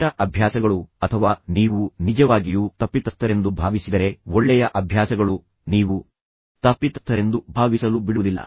ಕೆಟ್ಟ ಅಭ್ಯಾಸಗಳು ಅಥವಾ ನೀವು ನಿಜವಾಗಿಯೂ ತಪ್ಪಿತಸ್ಥರೆಂದು ಭಾವಿಸಿದರೆ ಒಳ್ಳೆಯ ಅಭ್ಯಾಸಗಳು ನೀವು ತಪ್ಪಿತಸ್ಥರೆಂದು ಭಾವಿಸಲು ಬಿಡುವುದಿಲ್ಲ